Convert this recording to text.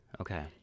Okay